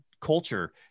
culture